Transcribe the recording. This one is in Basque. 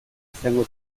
izango